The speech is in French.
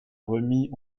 remis